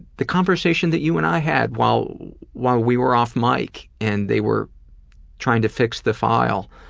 the conversation that you and i had while while we were off mic, and they were trying to fix the file,